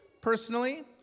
Personally